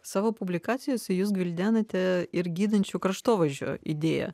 savo publikacijose jūs gvildenate ir gydančio kraštovaizdžio idėją